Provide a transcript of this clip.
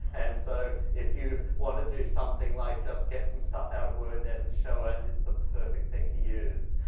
and so, if you wanted to do something like just get some stuff out of wordnet and show it, it's the perfect thing to use.